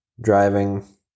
driving